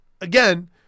again –